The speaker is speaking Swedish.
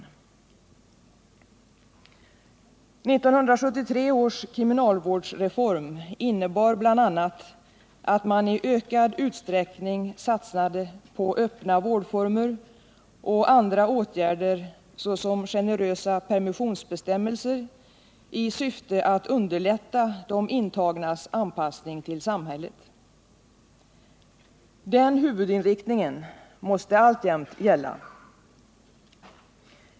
1973 års kriminalvårdsreform innebar bl.a. att man i ökad utsträckning satsade på öppna vårdformer och andra åtgärder, såsom generösa permissionsbestämmelser, i syfte att underlätta de intagnas anpassning till samhället. Den huvudinriktningen måste alltjämt gälla.